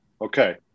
Okay